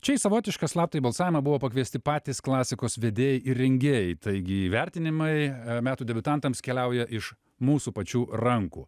čia į savotišką slaptąjį balsavimą buvo pakviesti patys klasikos vedėjai ir rengėjai taigi įvertinimai metų debiutantams keliauja iš mūsų pačių rankų